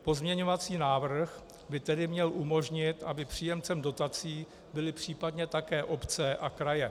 Pozměňovací návrh by tedy měl umožnit, aby příjemcem dotací byly případně také obce a kraje.